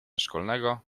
szkolnego